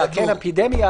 אין בעיה.